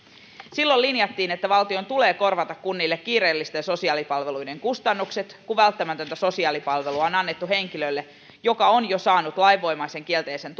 silloin linjattiin että valtion tulee korvata kunnille kiireellisten sosiaalipalveluiden kustannukset kun välttämätöntä sosiaalipalvelua on annettu henkilölle joka on jo saanut lainvoimaisen kielteisen